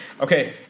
Okay